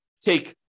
Take